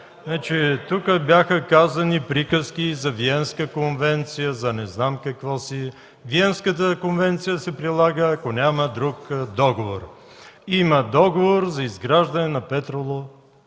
Тук бяха казани приказки за Виенска конвенция, за не знам какво си. Виенската конвенция се прилага, ако няма друг договор. Има договор за изграждане на петролопровод,